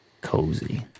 cozy